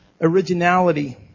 originality